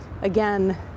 again